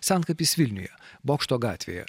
senkapis vilniuje bokšto gatvėje